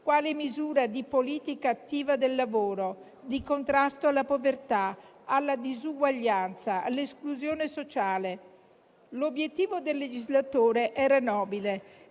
quale misura di politica attiva del lavoro, di contrasto alla povertà, alla disuguaglianza, all'esclusione sociale. L'obiettivo del legislatore era nobile: